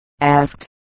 asked